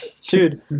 dude